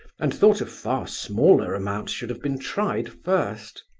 and thought a far smaller amount should have been tried first.